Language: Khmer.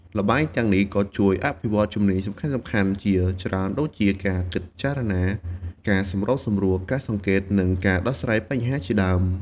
ល្បែងទាំងនេះក៏ជួយអភិវឌ្ឍជំនាញសំខាន់ៗជាច្រើនដូចជា ការគិតពិចារណា ការសម្របសម្រួល ការសង្កេត និងការដោះស្រាយបញ្ហាជាដើម។